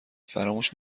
فراموش